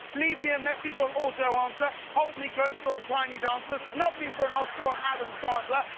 leave me a message on autoanswer, hold me closer on tinydancer, snub me for an oscar on adamsandler,